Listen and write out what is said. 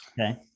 okay